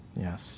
Yes